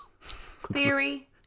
Theory